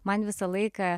man visą laiką